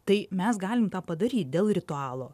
tai mes galim tą padaryt dėl ritualo